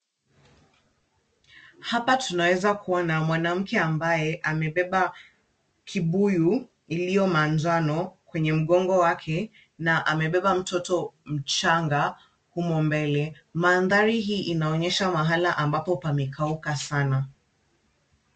Hapa tunaweza kuona mwanamke ambaye amebeba kibuyu iliyo manjano kwenye mgongo wake na amebeba mtoto mchanga humo mbele. Mandhari hii inaonyesha mahala ambapo pamekauka sana.